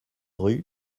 rue